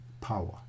power